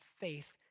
faith